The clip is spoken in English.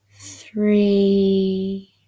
three